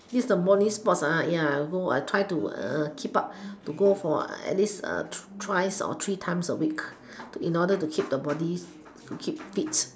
this is morning sports ya I try to keep up to go for at least thrice or three times a week in order to keep the body to keep fit